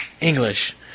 English